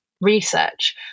research